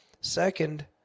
Second